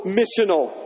missional